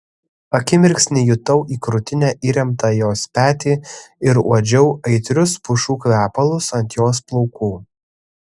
akimirksnį jutau į krūtinę įremtą jos petį ir uodžiau aitrius pušų kvepalus ant jos plaukų